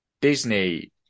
Disney